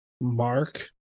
Mark